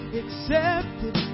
accepted